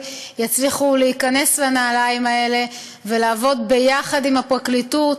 יצליח להיכנס לנעליים האלה ולעבוד ביחד עם הפרקליטות,